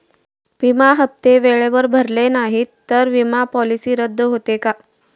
विमा हप्ते वेळेवर भरले नाहीत, तर विमा पॉलिसी रद्द होते का?